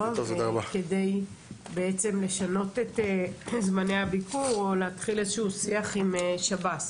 כדי בעצם לשנות את זמני הביקור או להתחיל איזה שיח עם שב"ס.